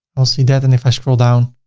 i'll see that and if i scroll down,